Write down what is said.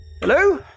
Hello